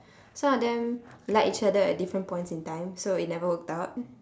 some of them like each other at different points in time so it never worked out